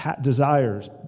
desires